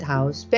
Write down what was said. House